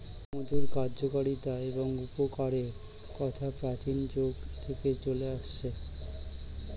মধুর কার্যকারিতা এবং উপকারের কথা প্রাচীন যুগ থেকে চলে আসছে